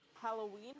Halloween